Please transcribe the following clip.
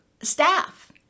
Staff